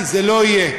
כי זה לא יהיה.